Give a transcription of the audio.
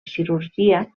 cirurgia